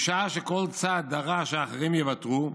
בשעה שכל צד דרש שאחרים יוותרו,